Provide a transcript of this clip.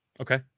okay